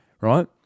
Right